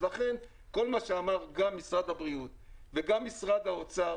אז לכן כל מה שאמר גם משרד הבריאות וגם משרד האוצר